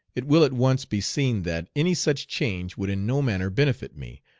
it will at once be seen that any such change would in no manner benefit me,